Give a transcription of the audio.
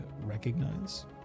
recognize